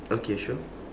okay sure